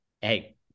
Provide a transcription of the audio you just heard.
Hey